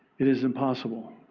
it is impossible,